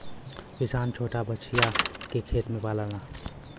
किसान छोटा बछिया के खेत में पाललन